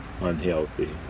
unhealthy